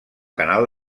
canal